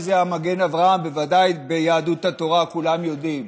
זה המגן אברהם; בוודאי ביהדות התורה כולם יודעים.